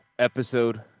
episode